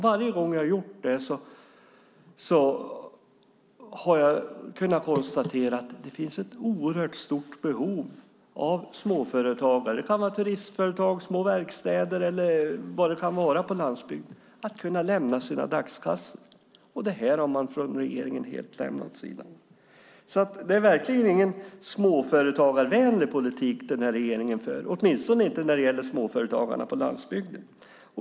Varje gång jag har gjort det har jag kunnat konstatera att det finns ett stort behov hos småföretagare - det kan vara turistföretag, små verkstäder eller annat på landsbygden - av att kunna lämna sina dagskassor. Detta har regeringen helt lämnat åt sidan. Det är verkligen ingen småföretagarvänlig politik som den här regeringen för, åtminstone inte när det gäller småföretagarna på landsbygden.